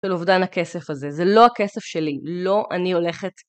של אובדן הכסף הזה, זה לא הכסף שלי, לא אני הולכת